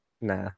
nah